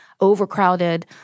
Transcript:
overcrowded